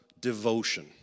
devotion